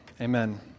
amen